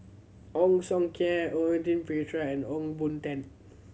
Ong Siong Kai Quentin Pereira and Ong Boon Tat